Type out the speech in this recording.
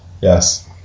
Yes